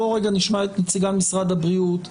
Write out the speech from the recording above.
בואו רגע נשמע את נציגת משרד הבריאות שתאמר.